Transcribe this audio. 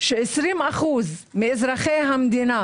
ש-20% מאזרחי המדינה